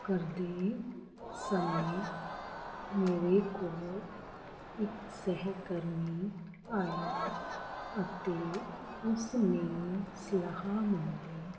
ਕਰਦੇ ਸਮੇਂ ਮੇਰੇ ਕੋਲ ਇੱਕ ਸਹਿਕਰਮੀ ਆਇਆ ਅਤੇ ਉਸ ਨੇ ਸਲਾਹ ਮੰਗੀ